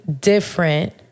different